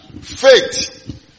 faith